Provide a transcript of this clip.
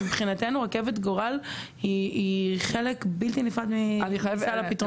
מבחינתנו רכבת גורל היא חלק בלתי נפרד מסל הפתרונות.